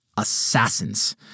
Assassins